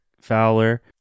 Fowler